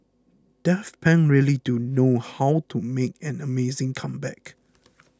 Daft Punk really do know how to make an amazing comeback